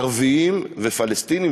ערביים ופלסטיניים,